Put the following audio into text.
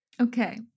okay